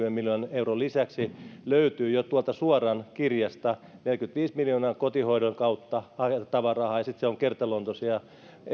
euron lisäksi löytyy jo suoraan kirjasta neljäkymmentäviisi miljoonaa kotihoidon kautta rahaa ja sitten on kertaluontoisia